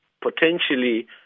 potentially